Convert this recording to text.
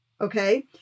okay